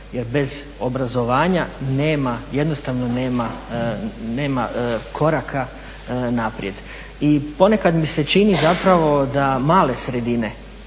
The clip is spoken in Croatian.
Jer bez obrazovanja nema, jednostavno nema koraka naprijed. I ponekad mi se čini zapravo da male sredine